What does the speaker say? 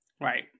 Right